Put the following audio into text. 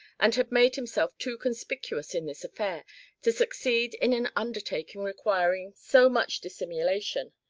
and had made himself too conspicuous in this affair to succeed in an undertaking requiring so much dissimulation,